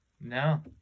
No